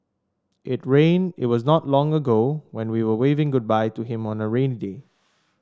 it rain it was not long ago when we were waving goodbye to him on a rain day